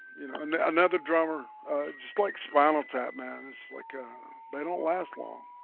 you know know another drummer just like spinal tap man. it's like they don't last long